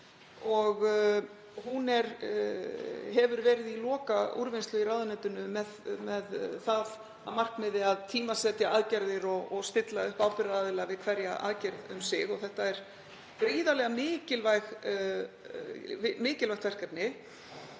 Hún hefur verið í lokaúrvinnslu í ráðuneytinu með það að markmiði að tímasetja aðgerðir og stilla upp ábyrgðaraðilum við hverja aðgerð um sig. Þetta er gríðarlega mikilvægt verkefni